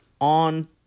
on